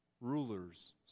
Rulers